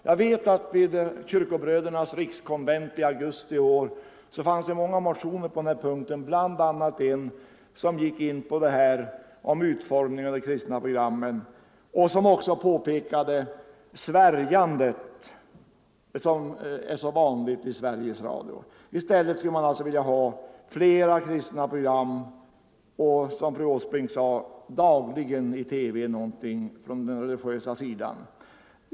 Jag vet att det vid Kyrkobrödernas rikskonvent i augusti i år fanns många motioner på den här punkten, bl.a. en som gick in på utformningen av de kristna programmen och som också påpekade svärjandet, som är så vanligt i programmen. I stället skulle man alltså vilja ha fler kristna program och, som fru Åsbrink menade, dagligen någonting från den religösa sidan i TV.